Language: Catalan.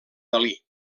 dalí